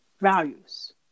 values